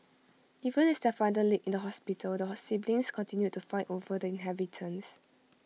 even as their father laid in the hospital the siblings continued to fight over the inheritance